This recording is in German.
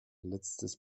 letztes